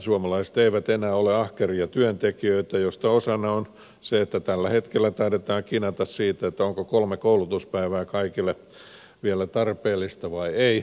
suomalaiset eivät enää ole ahkeria työntekijöitä mistä osana on se että tällä hetkellä taidetaan kinata siitä onko kolme koulutuspäivää kaikille vielä tarpeellista vai ei